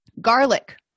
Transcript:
garlic